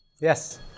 Yes